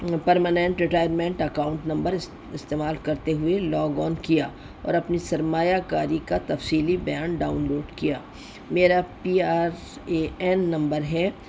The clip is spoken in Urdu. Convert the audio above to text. پرماننٹ ریٹائرمنٹ اکاؤنٹ نمبر اس استعمال کرتے ہوئے لاگ آن کیا اور اپنی سرمایہ کاری کا تفصیلی بیان ڈاؤن لوڈ کیا میرا P R A N number ہے